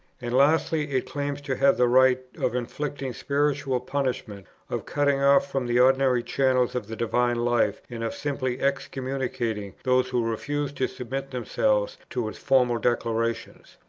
and lastly, it claims to have the right of inflicting spiritual punishment, of cutting off from the ordinary channels of the divine life, and of simply excommunicating, those who refuse to submit themselves to its formal declarations.